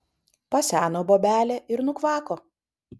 paseno bobelė ir nukvako